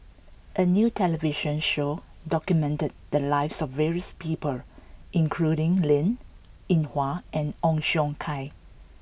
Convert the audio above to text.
a new television show documented the lives of various people including Linn In Hua and Ong Siong Kai